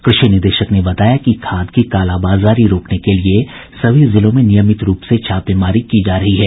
उन्होंने बताया कि खाद की कालाबाजारी रोकने के लिए सभी जिलों में नियमित रूप से छापेमारी जारी है